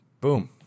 boom